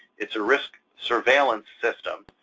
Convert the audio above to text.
it's a risk surveillance system,